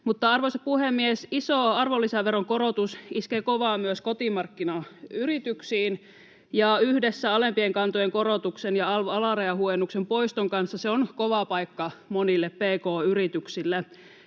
Arvoisa puhemies! Iso arvonlisäveron korotus iskee kovaa myös kotimarkkinayrityksiin, ja yhdessä alempien kantojen korotuksen ja alv-alarajahuojennuksen poiston kanssa se on kova paikka monille pk-yrityksille.